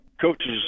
Coaches